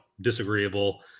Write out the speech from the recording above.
disagreeable